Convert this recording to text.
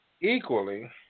equally